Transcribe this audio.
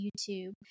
youtube